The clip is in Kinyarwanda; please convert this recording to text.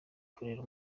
kurera